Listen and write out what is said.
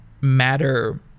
matter